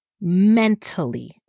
mentally